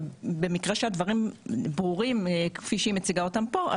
במקרה שהדברים ברורים כפי שהיא מציגה אותם פה,